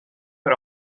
per